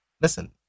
Listen